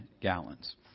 gallons